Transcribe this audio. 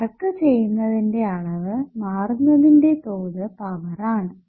work ചെയ്യുന്നതിന്റെ അളവ് മാറുന്നതിന്റെ തോത് പവർ ആണ്